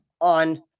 On